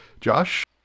Josh